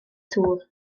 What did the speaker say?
tŵr